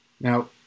Now